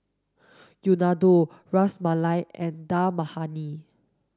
Unadon Ras Malai and Dal Makhani